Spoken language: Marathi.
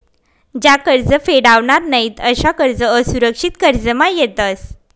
ज्या कर्ज फेडावनार नयीत अशा कर्ज असुरक्षित कर्जमा येतस